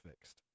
fixed